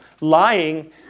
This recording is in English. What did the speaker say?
lying